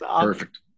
Perfect